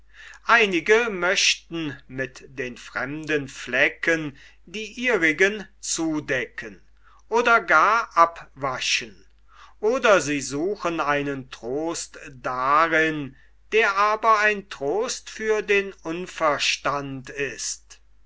einige möchten mit den fremden flecken die ihrigen zudecken oder gar abwaschen oder sie suchen einen trost darin der aber ein trost für den unverstand ist